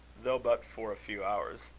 though but for a few hours.